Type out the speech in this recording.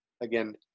again